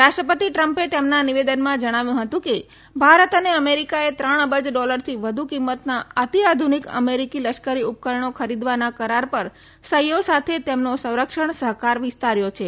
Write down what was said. રાષ્ટ્રપતિ ટ્રમ્પે તેમના નિવેદનમાં જણાવ્યું હતું કે ભારત અને અમેરિકાએ ત્રણ અબજ ડોલરથી વધુ કિંમતના અતિઆધુનિક અમેરિકી લશ્કરી ઉપકરણો ખરીદવાના કરાર પર સહીઓ સાથે તેમનો સંરક્ષણ સહકાર વિસ્તાર્યો છે